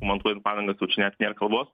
montuojant padangas jau čia net nėr kalbos